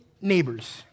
neighbors